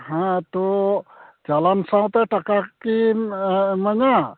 ᱦᱮᱸ ᱛᱚ ᱪᱟᱞᱟᱱ ᱥᱟᱶᱛᱮ ᱴᱟᱠᱟ ᱠᱤᱢ ᱤᱢᱟᱹᱧᱟ